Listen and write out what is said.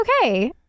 okay